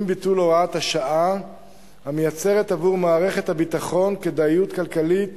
עם ביטול הוראת השעה המייצרת עבור מערכת הביטחון כדאיות כלכלית